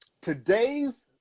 today's